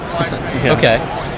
Okay